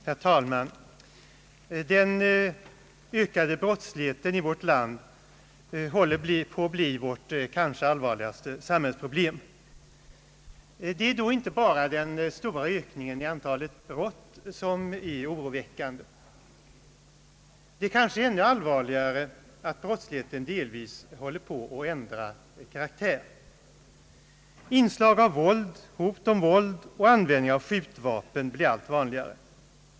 Herr talman! Den ökade brottsligheten i vårt land håller på att bli vårt kanske allvarligaste samhällsproblem. Det är inte bara den kraftiga ökningen av antalet brott som är oroväckande. Det är måhända ännu allvarligare att brottsligheten håller på att ändra karaktär. Inslag av våld, hot om våld och användning av skjutvapen blir allt vanligare.